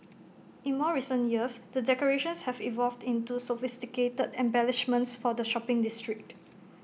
in more recent years the decorations have evolved into sophisticated embellishments for the shopping district